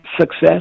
success